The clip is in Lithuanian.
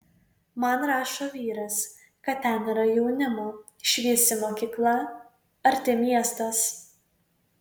man rašo vyras kad ten yra jaunimo šviesi mokykla arti miestas